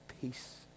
peace